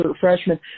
freshman